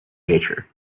nature